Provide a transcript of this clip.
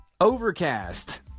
Overcast